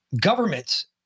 Governments